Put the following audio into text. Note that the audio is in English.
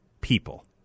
people